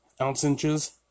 ounce-inches